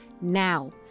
now